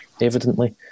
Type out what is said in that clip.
evidently